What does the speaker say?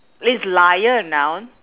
is liar a noun